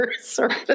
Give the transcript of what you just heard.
service